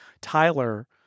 Tyler